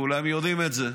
כולם יודעים את זה.